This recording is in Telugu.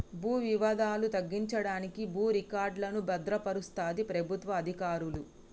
భూ వివాదాలు తగ్గించడానికి భూ రికార్డులను భద్రపరుస్తది ప్రభుత్వ అధికారులు